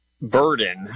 burden